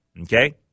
Okay